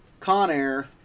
Conair